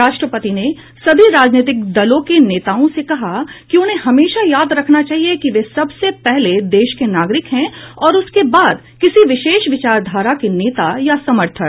राष्ट्रपति ने सभी राजनीतिक दलों के नेताओं से कहा कि उन्हें हमेशा याद रखना चाहिए कि वे सबसे पहले देश के नागरिक हैं और उसके बाद किसी विशेष विचारधारा के नेता या समर्थक